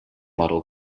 model